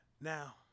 Now